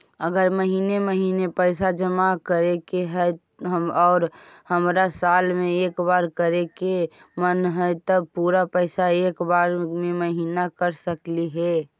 अगर महिने महिने पैसा जमा करे के है और हमरा साल में एक बार करे के मन हैं तब पुरा पैसा एक बार में महिना कर सकली हे?